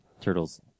Turtles